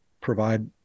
provide